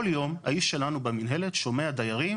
כל יום האיש שלנו במנהלת שומע דיירים.